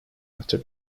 after